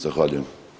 Zahvaljujem.